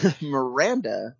Miranda